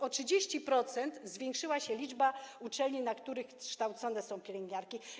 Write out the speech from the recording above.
O 30% zwiększyła się liczba uczelni, na których kształcone są pielęgniarki.